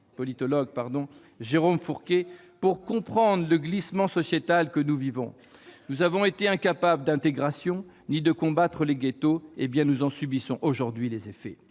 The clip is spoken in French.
politologue Jérôme Fourquet, pour comprendre le glissement sociétal que nous vivons. Nous avons été incapables d'intégrer ou de combattre les ghettos : nous en subissons aujourd'hui les effets